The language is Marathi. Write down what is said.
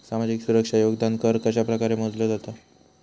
सामाजिक सुरक्षा योगदान कर कशाप्रकारे मोजलो जाता